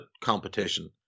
competition